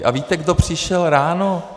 A víte, kdo přišel ráno?